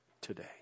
today